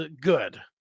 good